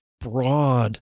broad